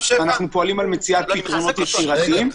אנחנו פועלים על מציאת פתרונות יצירתיים.